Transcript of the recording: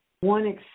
One